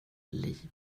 liv